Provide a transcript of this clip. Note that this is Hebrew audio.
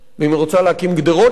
ואם היא רוצה להקים גדרות שם,